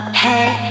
hey